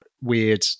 weird